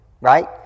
Right